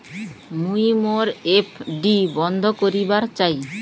মুই মোর এফ.ডি বন্ধ করিবার চাই